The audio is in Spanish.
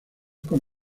con